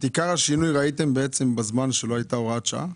את עיקר השינוי ראיתם בזמן שלא הייתה הוראת שעה?